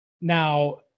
Now